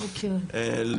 גברתי היושבת-ראש,